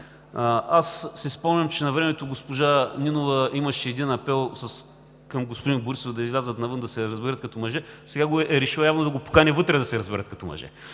Аз си спомням, че навремето госпожа Нинова имаше един апел към господин Борисов да излязат навън да се разберат като мъже, сега явно е решила да го покани вътре да се разберат като мъже.